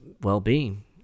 well-being